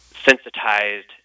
sensitized